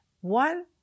one